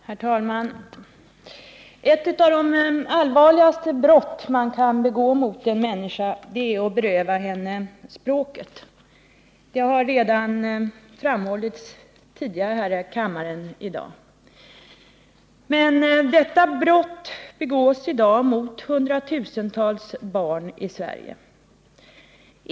Herr talman! Ett av de allvarligaste brott man kan begå mot en människa är att beröva henne språket. Det har framhållits redan tidigare i dag här i kammaren. Detta brott begås i dag mot hundratusentals barn i Sverige.